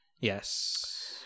Yes